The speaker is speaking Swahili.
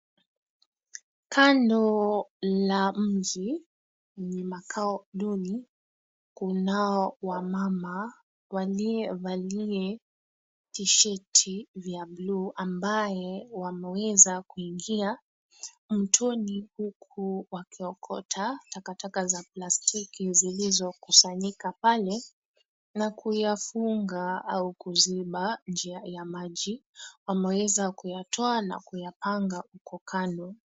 Kando la mji ni makao duni, kunao wamama waliovalia tishati vya buluu ambaye wameweza kuingia mtoni, huku wakiokota takataka za plastiki zilizokusanyika pale. Na kuyafunga au kuziba njia ya maji, wameweza kuyatoa na kuyapanga huko kando.